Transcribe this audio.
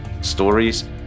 stories